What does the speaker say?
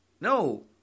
No